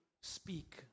speak